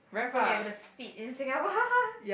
so you are gonna to speed in Singapore